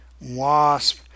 Wasp